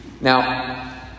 Now